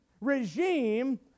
regime